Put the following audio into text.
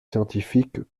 scientifiques